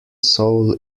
soul